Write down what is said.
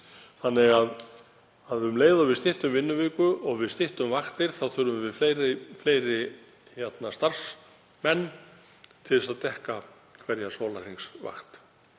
Þannig að um leið og við styttum vinnuviku og styttum vaktir þurfum við fleiri starfsmenn til þess að dekka hverja sólarhringsvakt.